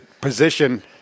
position